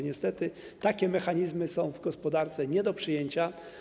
Niestety takie mechanizmy są w gospodarce nie do przyjęcia.